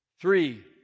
Three